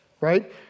right